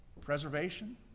preservation